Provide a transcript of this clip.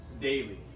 daily